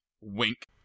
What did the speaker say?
Wink